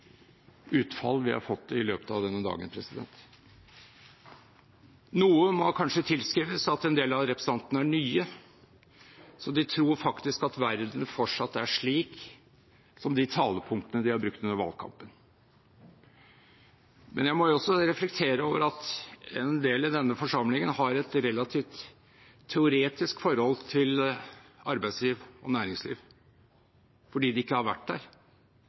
vi har fått i løpet av denne dagen. Noe må kanskje tilskrives at en del av representantene er nye, så de tror faktisk at verden fortsatt er slik som de talepunktene de har brukt under valgkampen. Men jeg må også reflektere over at en del i denne forsamlingen har et relativt teoretisk forhold til arbeidsliv og næringsliv fordi de ikke har vært der.